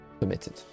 permitted